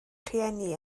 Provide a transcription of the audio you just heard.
rhieni